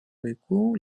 vaikų